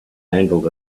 handled